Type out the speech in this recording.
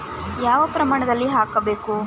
ಯಾವ ಪ್ರಮಾಣದಲ್ಲಿ ಹಾಕಬೇಕು?